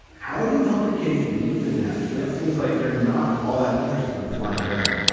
how do you help her kids leave the nest when it seems like they're not all that interested in flying away?